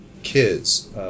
kids